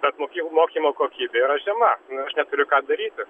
bet moky mokymo kokybė yra žema nu aš neturiu ką daryti